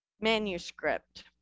manuscript